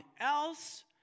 else